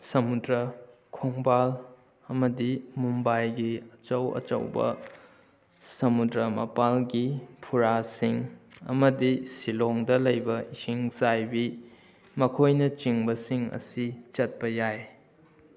ꯁꯝꯃꯨꯗ꯭ꯔ ꯈꯣꯡꯕꯥꯜ ꯑꯃꯗꯤ ꯃꯨꯝꯕꯥꯏꯒꯤ ꯑꯆꯧ ꯑꯆꯧꯕ ꯁꯝꯃꯨꯗ꯭ꯔ ꯃꯄꯥꯜꯒꯤ ꯐꯨꯔꯥꯁꯤꯡ ꯑꯃꯗꯤ ꯁꯤꯂꯣꯡꯗ ꯂꯩꯕ ꯏꯁꯤꯡ ꯆꯥꯏꯕꯤ ꯃꯈꯣꯏꯅꯆꯤꯡꯕꯁꯤꯡ ꯑꯁꯤ ꯆꯠꯄ ꯌꯥꯏ